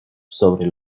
sobre